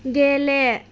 गेले